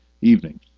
evening